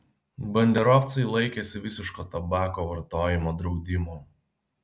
banderovcai laikėsi visiško tabako vartojimo draudimo